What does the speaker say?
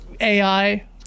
AI